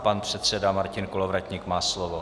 Pan předseda Martin Kolovratník má slovo.